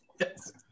Yes